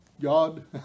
God